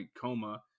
coma